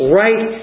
right